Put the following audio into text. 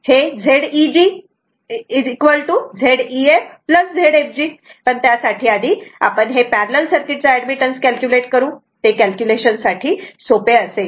तर आता Zeg Z ef Zfg पण त्यासाठी आधी आपण या पॅरलल सर्किट चा ऍडमिटन्स कॅल्क्युलेट करू ते कॅल्क्युलेशन साठी सोपे असेल